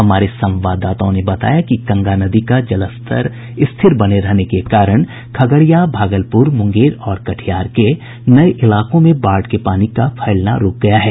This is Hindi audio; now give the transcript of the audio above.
हमारे संवाददाताओं ने बताया कि गंगा नदी का जलस्तर स्थिर बने रहने के कारण खगड़िया भागलपुर मुंगेर और कटिहार के नये इलाकों में बाढ़ के पानी का फैलना रूक गया है